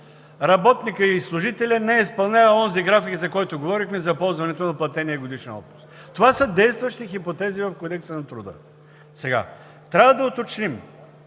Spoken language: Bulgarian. работникът и служителят не изпълняват онзи график, за който говорихме – за ползването на платения годишен отпуск. Това са действащи хипотези в Кодекса на труда. Трябва да уточним: